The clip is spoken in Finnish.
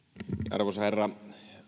arvoisa herra